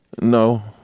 No